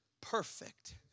perfect